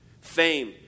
Fame